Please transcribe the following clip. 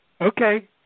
Okay